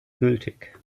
gültig